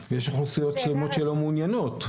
יש אוכלוסיות שלמות שלא מעוניינות.